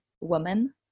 woman